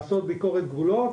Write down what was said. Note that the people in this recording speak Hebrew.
בחקלאות,